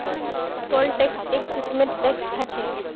toll tax एक किस्मेर tax ह छः